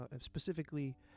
specifically